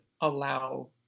allow